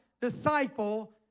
disciple